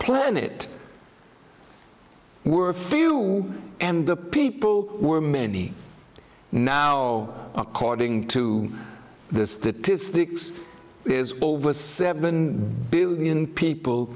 planet were few and the people were many now according to the statistics is over seven billion people